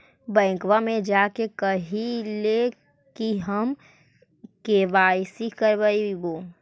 बैंकवा मे जा के कहलिऐ कि हम के.वाई.सी करईवो?